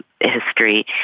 history